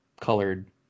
colored